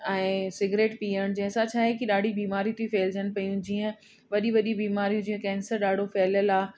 ऐं सिगरेट पीअण जंहिंसां छा आहे की ॾाढी बीमारी थी फैलजनि पियूं जीअं वॾी वॾी बीमारियूं जीअं कैंसर ॾाढो फैलियल आहे